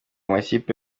makipe